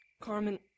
Carmen